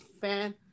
fan